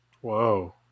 Whoa